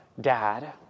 dad